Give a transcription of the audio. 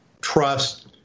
trust